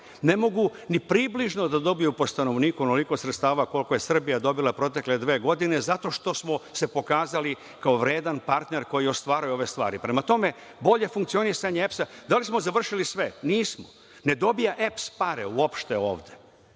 ne mogu ni približno da dobiju po stanovniku onoliko sredstava koliko je Srbija dobila u protekle dve godine zato što se pokazali kao vredan partner koji ostvaruje ove stvari. Prema tome, bolje funkcionisanje EPS. Da li smo završili sve? Nismo, ne dobija EPS pare uopšte ovde.